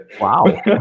wow